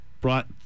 brought